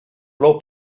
plou